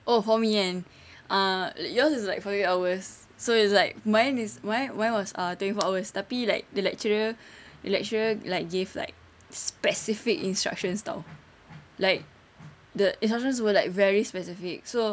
oh for me kan ah yours is like forty eight hours so is like mine is mine mine was ah twenty four hours tapi like the lecturer lecturer like give like specific instruction [tau] like the instruction were like very specific so